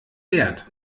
wert